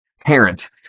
parent